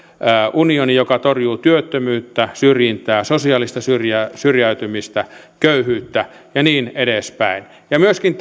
ja joka torjuu työttömyyttä syrjintää sosiaalista syrjäytymistä köyhyyttä ja niin edespäin ja myöskin